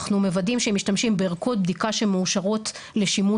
אנחנו מוודאים שהם משתמשים בערכות בדיקה שמאושרות לשימוש